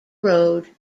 road